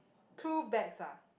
two bags ah